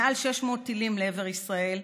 מעל 600 טילים לעבר ישראל,